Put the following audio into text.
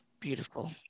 Beautiful